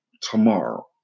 tomorrow